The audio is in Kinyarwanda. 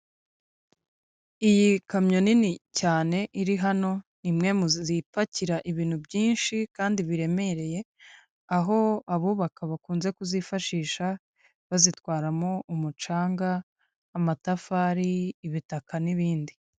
Iyi kamyo nini cyane iri hano ni imwe zipakira ibintu byinshi kandi biremereye, aho abubaka bakunze kuzifashisha bazitwaramo umucanga, amatafari, ibitaka n'ibindi.